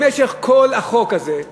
במשך כל התנהלות החוק הזה,